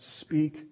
speak